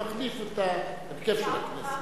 הוא מחליף את ההרכב של הכנסת.